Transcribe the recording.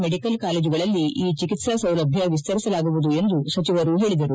medical ಕಾಲೇಜುಗಳಲ್ಲಿ ಈ ಚಿಕಿತ್ಸಾ ಸೌಲಭ್ಯ ವಿಸ್ತರಿಸಲಾಗುವುದು ಎಂದು ಸಚಿವರು ಹೇಳಿದರು